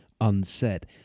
unsaid